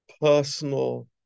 personal